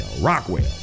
Rockwell